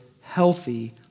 healthy